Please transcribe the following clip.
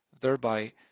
thereby